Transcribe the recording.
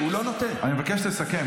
אני מבקש לסכם.